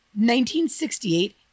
1968